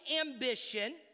ambition